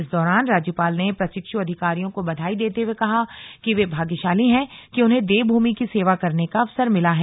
इस दौरान राज्यपाल ने प्रशिक्षु अधिकारियों को बधाई देते हुए कहा कि वे भाग्यशाली हैं कि उन्हें देवभूमि की सेवा करने का अवसर मिला है